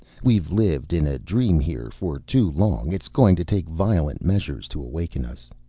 we've lived in a dream here for too long. it's going to take violent measures to awaken us.